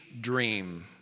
dream